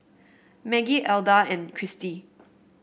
Maggie Elda and Christy